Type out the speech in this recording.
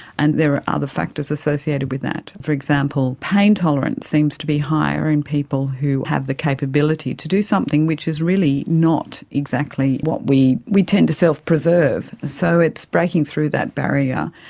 and there are other factors associated with that. for example, pain tolerance seems to be higher in people who have the capability to do something which is really not exactly what, we we tend to self-preserve, so it's breaking through that barrier.